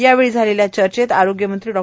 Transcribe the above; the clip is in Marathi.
यावेळी झालेल्या चर्चेत आरोग्यमंत्री डॉ